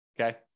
Okay